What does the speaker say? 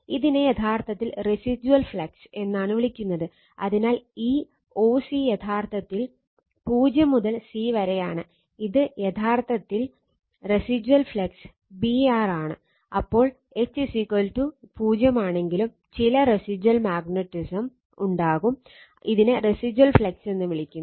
ഇതിനെ യഥാർത്ഥത്തിൽ residual flux ഉണ്ടാകും ഇതിനെ റെസിജുവൽ ഫ്ലക്സ് എന്ന് വിളിക്കുന്നു